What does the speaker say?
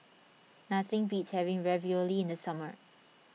nothing beats having Ravioli in the summer